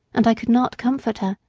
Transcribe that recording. and i could not comfort her,